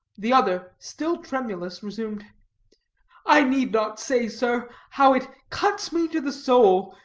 the other, still tremulous, resumed i need not say, sir, how it cuts me to the soul,